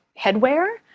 headwear